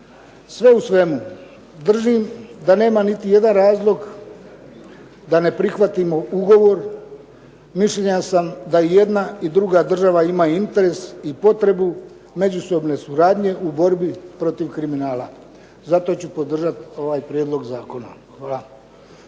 Sve u svemu držim da nema niti jedan razlog da ne prihvatimo ugovor. Mišljenja sam da jedna i druga država imaju interes i potrebu međusobne suradnje u borbi protiv kriminala, zato ću podržati ovaj prijedlog zakona. Hvala.